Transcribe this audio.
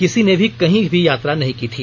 किसी ने भी कहीं की यात्रा नहीं की थी